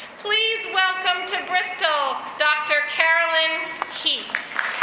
please welcome to bristol, dr. carolyn heaps.